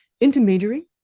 intermediary